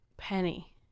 Penny